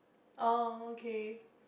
oh okay